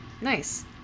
nice